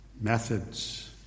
methods